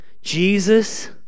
Jesus